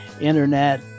internet